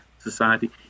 society